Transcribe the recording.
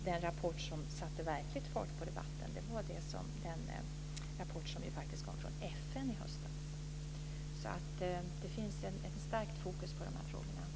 Den rapport som satte verklig fart på debatten var den som kom från FN i höstas, så det finns ett starkt fokus på de här frågorna.